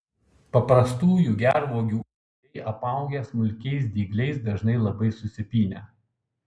paprastųjų gervuogių ūgliai apaugę smulkiais dygliais dažnai labai susipynę